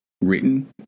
written